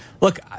look